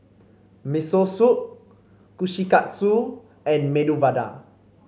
Miso Soup Kushikatsu and Medu Vada